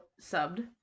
subbed